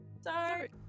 Sorry